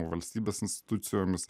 valstybės institucijomis